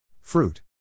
Fruit